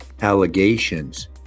allegations